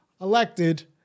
elected